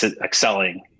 excelling